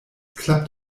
klappt